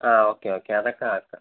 ആ okay okay അതൊക്കെ ആക്കാം